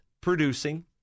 producing